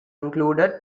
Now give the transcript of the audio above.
included